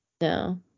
No